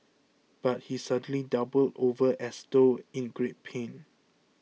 but he suddenly doubled over as though in great pain